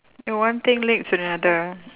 the one thing leads to another